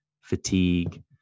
fatigue